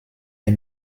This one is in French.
est